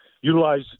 utilize